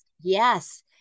Yes